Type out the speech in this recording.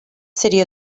city